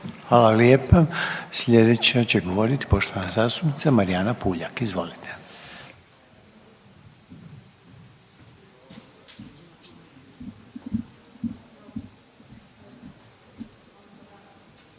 Hvala lijepa. Slijedeća će govorit poštovana zastupnica Marijana Pulja, izvolite.